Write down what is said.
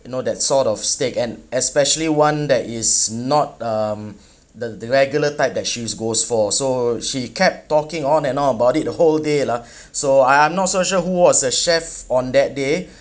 you know that sort of steak and especially one that is not um the regular type that she'll goes for so she kept talking on and on about it the whole day lah so I'm~ I'm not so sure who was the chef on that day